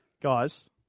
Guys